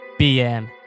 bm